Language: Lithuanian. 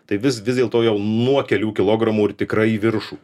tai vis vis dėlto jau nuo kelių kilogramų ir tikrai į viršų